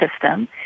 system